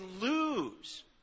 lose